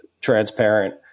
transparent